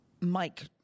Mike